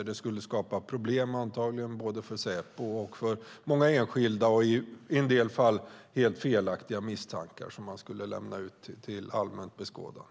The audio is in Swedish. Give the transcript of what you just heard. Antagligen skulle det skapa problem både för Säpo och för många enskilda och i en del fall ge helt felaktiga misstankar som man skulle lämna ut till allmänt beskådande.